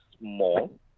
small